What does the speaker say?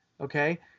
Okay